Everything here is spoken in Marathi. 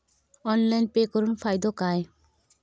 ऑनलाइन पे करुन फायदो काय?